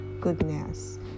goodness